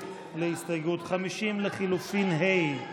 50 לחלופין ה'.